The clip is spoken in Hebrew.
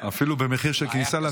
שלו בטוח מכיר.